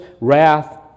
wrath